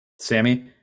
Sammy